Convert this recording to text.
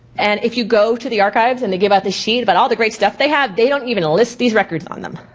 and if you go to the archives and they give out this sheet about all the great stuff they have, they don't even list these records on them.